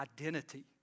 identity